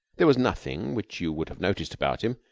there was nothing which you would have noticed about him,